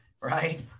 right